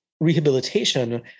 rehabilitation